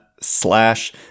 slash